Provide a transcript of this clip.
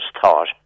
thought